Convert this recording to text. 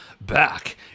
back